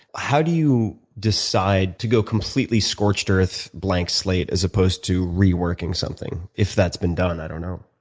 how do you decide to go completely scorched earth, blank slate as opposed to reworking something, if that's been done? i don't know.